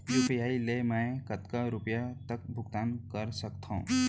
UPI ले मैं कतका रुपिया तक भुगतान कर सकथों